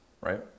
right